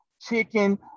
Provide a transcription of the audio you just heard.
chicken